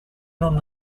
non